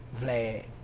Vlad